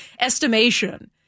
estimation